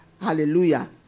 Hallelujah